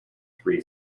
three